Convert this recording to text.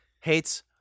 hates